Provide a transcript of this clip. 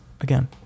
again